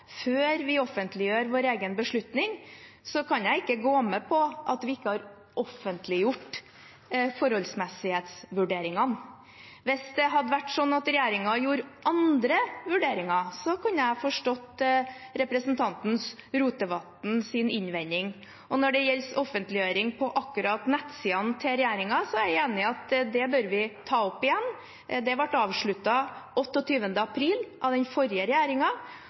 før vi offentliggjør vår egen beslutning, kan jeg ikke gå med på at vi ikke har offentliggjort forholdsmessighetsvurderingene. Hvis regjeringen hadde gjort andre vurderinger, kunne jeg ha forstått representanten Rotevatns innvending. Når det gjelder offentliggjøring på regjeringens nettsider, er jeg enig i at det bør vi ta opp igjen. Det ble avsluttet den 28. april av den forrige